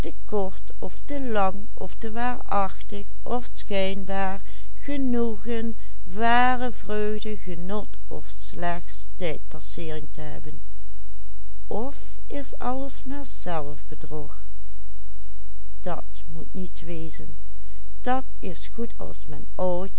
alles maar zelfbedrog dat moet niet wezen dat is goed als men oud